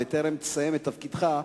בטרם תסיים את תפקידך,